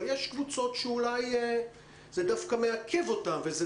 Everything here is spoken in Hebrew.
אבל יש קבוצות שזה דווקא מעכב אותן וזה